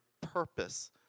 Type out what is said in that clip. purpose